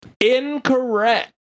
Incorrect